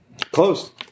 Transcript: Closed